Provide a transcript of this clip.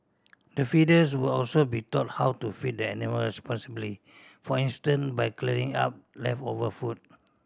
the feeders will also be taught how to feed the animals responsibly for instance by clearing up leftover food